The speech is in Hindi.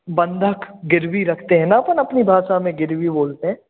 बंधक गिरवी रखते हैं ना अपन अपनी भाषा में गिरवी बोलते हैं